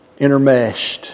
intermeshed